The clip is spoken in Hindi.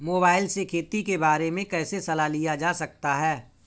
मोबाइल से खेती के बारे कैसे सलाह लिया जा सकता है?